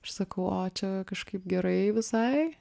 aš sakau o čia kažkaip gerai visai